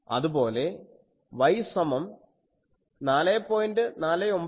അതുപോലെ Y 4